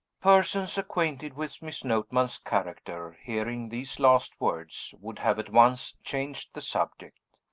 persons acquainted with miss notman's character, hearing these last words, would have at once changed the subject.